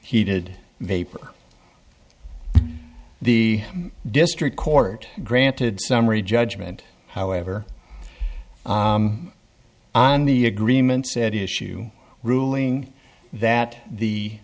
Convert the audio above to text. heated vapor the district court granted summary judgment however on the agreement said issue ruling that the